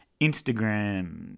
Instagram